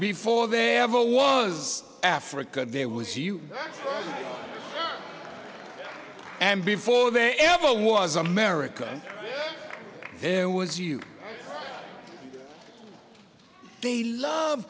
before there ever was africa there was you and before they ever was america there was you they love